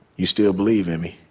you still believe in me,